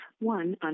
one